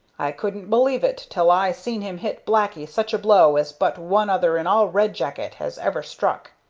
i couldn't believe it till i seen him hit blacky such a blow as but one other in all red jacket has ever struck.